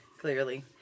Clearly